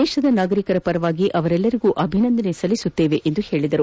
ದೇಶದ ನಾಗರಿಕರ ಪರವಾಗಿ ಅವರೆಲ್ಲರಿಗೂ ಅಭಿನಂದನೆ ಸಲ್ಲಿಸುತ್ತೇವೆ ಎಂದರು